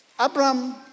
Abraham